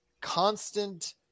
constant